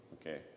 Okay